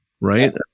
right